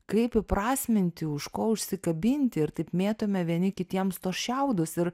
kaip įprasminti už ko užsikabinti ir taip mėtome vieni kitiems tuos šiaudus ir